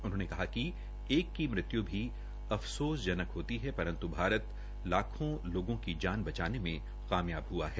उन्होंने कहा कि एक की मृत्यु भी अफसोस जनक होती है परन्तु भारत लाखों लोगों की जान बचाने में कामयाब हुआ है